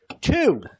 Two